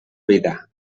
vida